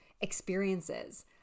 experiences